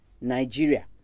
Nigeria